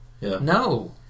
No